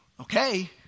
Okay